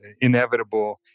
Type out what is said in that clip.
inevitable